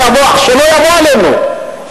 שלא יבוא עלינו,